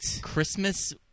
Christmas